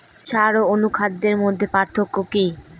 সার ও অনুখাদ্যের মধ্যে পার্থক্য কি?